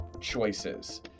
choices